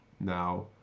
Now